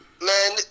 Man